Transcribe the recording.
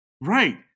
right